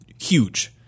huge